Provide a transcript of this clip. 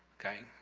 okay.